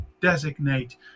designate